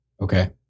Okay